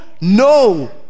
No